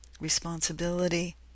responsibility